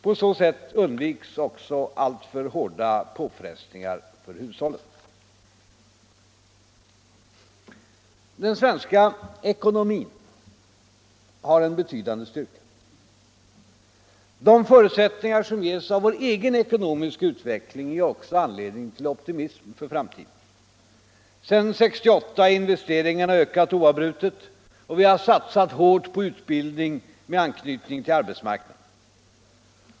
På så sätt undviks också alltför hårda påfrestningar på hushållen. Den svenska ekonomin har en betydande styrka. De förutsättningar som skapas av vår egen ekonomiska utveckling ger också anledning till optimism inför framtiden. Sedan 1968 har investeringarna ökat oavbrutet och vi har satsat hårt på utbildning med anknytning till arbetsmarknaden.